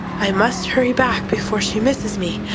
i must hurry back before she misses me.